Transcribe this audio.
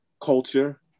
culture